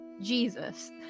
Jesus